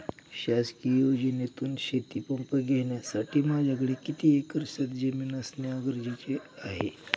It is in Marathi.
शासकीय योजनेतून शेतीपंप घेण्यासाठी माझ्याकडे किती एकर शेतजमीन असणे गरजेचे आहे?